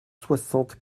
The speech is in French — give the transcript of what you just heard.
soixante